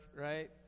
right